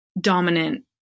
dominant